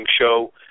show